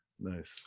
Nice